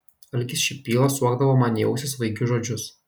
algis šipyla suokdavo man į ausį svaigius žodžius